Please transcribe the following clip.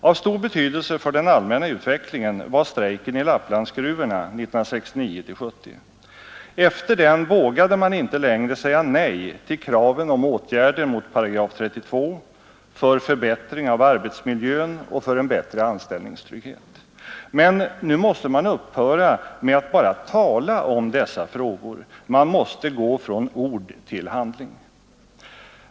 Av stor betydelse för den allmänna utvecklingen var strejken i Lapplandsgruvorna 1969-1970. Efter den vågade man inte längre säga nej till kraven om åtgärder mot paragraf 32, för förbättring av arbetsmiljön och för en bättre anställningstrygghet. Men nu måste man upphöra att bara tala om dessa frågor. Man måste gå från ord till handling.